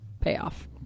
payoff